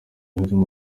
arimo